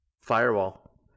Firewall